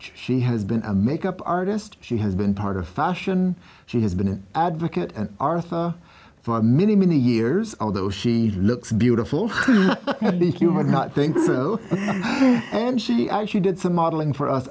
she has been a makeup artist she has been part of fashion she has been an advocate arthur for many many years although she looks beautiful you might not think so and she actually did some modeling for us